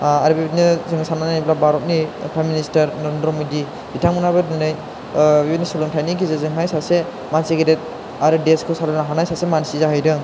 आरो बेबादिनो जोङो साननानै नायोबा भारतनि चिप मिनिस्थार नरेन्द्र मदि बिथांमोनाबो दिनै बेबादिनो सोलोंथाइनि गेजेरजोंहाय दिनै सासे मानसि गेदेर आरो देसखौ सालायनो हानाय सासे मानसि जाहैदों